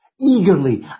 eagerly